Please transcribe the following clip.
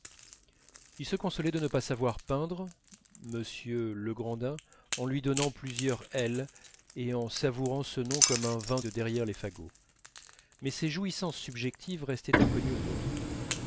il se consolait de ne pas savoir peindre m legrandin en lui donnant plusieurs l et en savourant ce nom comme un vin de derrière les fagots mais ces jouissances subjectives restaient inconnues aux autres